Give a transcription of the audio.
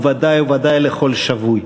ובוודאי ובוודאי לכל שבוי,